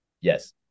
Yes